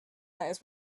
knows